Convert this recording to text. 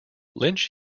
lynch